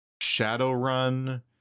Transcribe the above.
Shadowrun